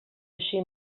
així